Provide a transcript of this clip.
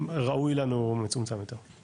שראוי לנו מצומצם יותר.